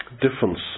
difference